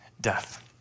death